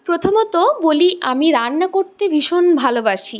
প্রথমত বলি আমি রান্না করতে ভীষণ ভালোবাসি